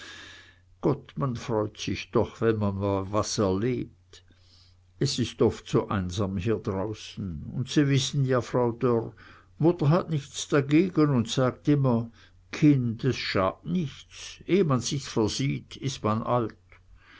gott man freut sich doch wenn man mal was erlebt es ist oft so einsam hier draußen und sie wissen ja frau dörr mutter hat nichts dagegen und sagt immer kind es schadt nichts eh man sich's versieht is man alt